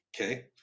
Okay